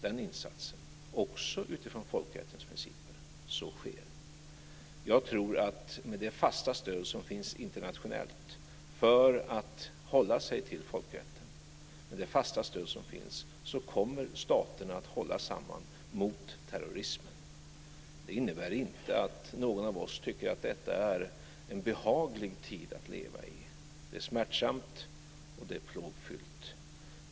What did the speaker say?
Den insatsen ska också granskas utifrån folkrättens principer. Så sker. Med det fasta stöd som finns internationellt för att hålla sig till folkrätten tror jag att staterna kommer att hålla samman mot terrorismen. Det innebär inte att någon av oss tycker att detta är en behaglig tid att leva i. Det är smärtsamt och fyllt av plåga.